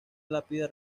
lápida